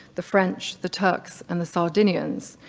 the french, the turks and the sardinians,